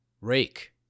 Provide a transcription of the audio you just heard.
Rake